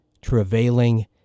travailing